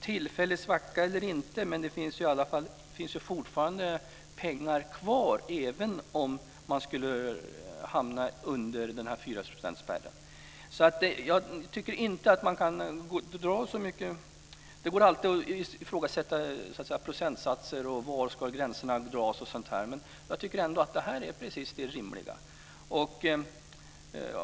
Tillfällig svacka eller inte, men det finns i alla fall fortfarande pengar kvar även om man skulle hamna under 4-procentsspärren. Det går alltid att ifrågasätta procentsatser och gränsdragningar, men jag tycker ändå att det här är det rimliga.